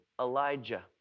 Elijah